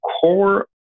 core